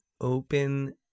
open